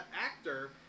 actor